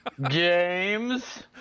James